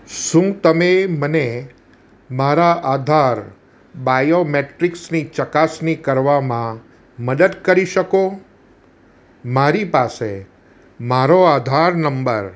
શું તમે મારા આધાર બાયોમેટ્રિક્સની ચકાસણી કરવામાં મદદ કરી શકો મારી પાસે મારો આધાર નંબર